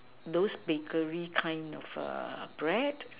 those bakery kind of err bread